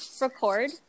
record